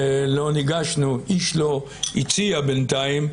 איש לא הציע בינתיים,